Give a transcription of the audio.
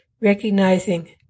recognizing